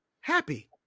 happy